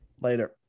Later